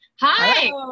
hi